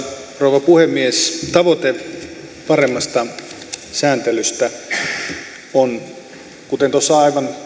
rouva puhemies tavoite paremmasta sääntelystä on kuten tuossa